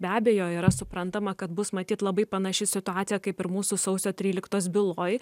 be abejo yra suprantama kad bus matyt labai panaši situacija kaip ir mūsų sausio tryliktos byloj